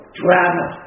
drama